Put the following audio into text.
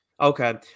Okay